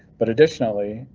but additionally,